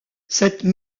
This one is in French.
cette